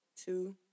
two